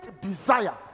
desire